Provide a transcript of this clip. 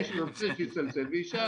מי שרוצה, שיצלצל וישאל.